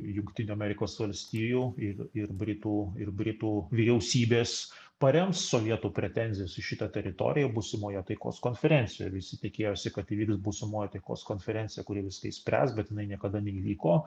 jungtinių amerikos valstijų ir ir britų ir britų vyriausybės parems sovietų pretenzijas į šitą teritoriją būsimoje taikos konferencijoje visi tikėjosi kad įvyks būsimoji taikos konferencija kuri viską išspręs bet jinai niekada neįvyko